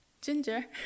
Ginger